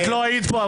את לא היית פה,